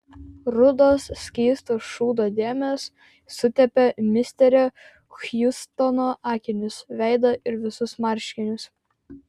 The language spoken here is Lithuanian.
rudos skysto šūdo dėmės sutepė misterio hjustono akinius veidą ir visus marškinius